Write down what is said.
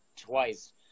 twice